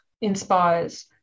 inspires